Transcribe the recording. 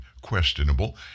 questionable